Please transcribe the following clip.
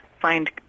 find